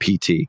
PT